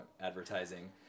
advertising